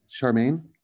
Charmaine